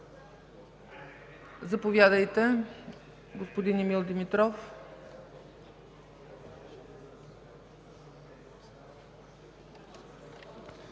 Заповядайте, господин Димитров.